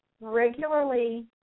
regularly